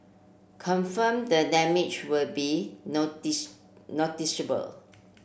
confirm the damage would be noticeable